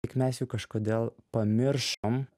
tik mes jų kažkodėl pamiršom